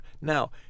Now